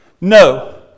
No